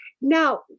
Now